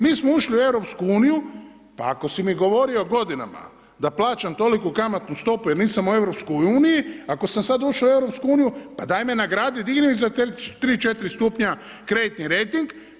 Mi smo ušli u Europsku uniju, pa ako si mi govorio godinama da plaćam toliku kamatnu stopu jer nisam u EU, ako sam sada ušao u EU pa daj me nagradi, digni mi za 3, 4 stupnja kreditni rejting.